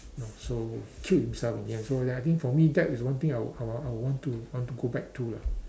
ya so he killed himself in the end so ya I think for me that is one thing that I would I would I would want to want to go back to lah